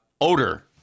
odor